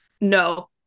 no